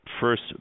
first